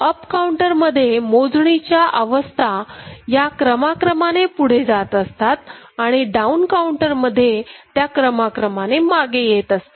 up counter मध्ये मोजणीच्या अवस्था या क्रमाक्रमाने पुढे जात असतात आणि डाऊन काउंटर मध्ये त्या क्रमाक्रमाने मागे येत असतात